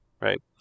right